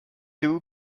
two